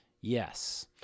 Yes